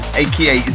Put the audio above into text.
aka